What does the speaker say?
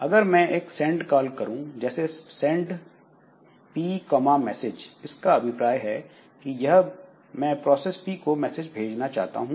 अगर मैं एक सेंड कॉल करूं जैसे सेंड P मैसेज इसका अभिप्राय है कि मैं प्रोसेस पी को मैसेज भेजना चाहता हूं